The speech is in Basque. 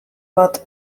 bat